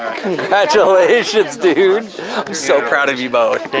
congratulations, dude! i'm so proud of you both.